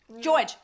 George